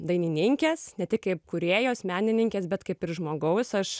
dainininkės ne tik kaip kūrėjos menininkės bet kaip ir žmogaus aš